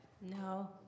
No